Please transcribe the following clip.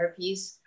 therapies